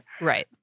Right